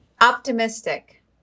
Optimistic